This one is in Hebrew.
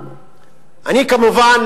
כמובן,